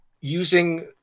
using